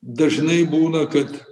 dažnai būna kad